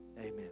Amen